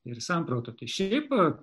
ir samprotauti šiaip